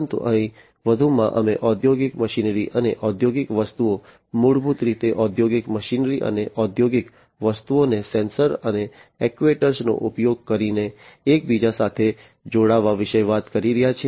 પરંતુ અહીં વધુમાં અમે ઔદ્યોગિક મશીનરી અને ઔદ્યોગિક વસ્તુઓ મૂળભૂત રીતે ઔદ્યોગિક મશીનરી અને ઔદ્યોગિક વસ્તુઓને સેન્સર અને એક્ટ્યુએટરનો ઉપયોગ કરીને એકબીજા સાથે જોડવા વિશે વાત કરી રહ્યા છીએ